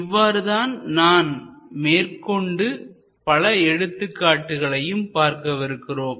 இவ்வாறுதான் நாம் மேற்கொண்டு பல எடுத்துக்காட்டுகளையும் பார்க்கவிருக்கிறோம்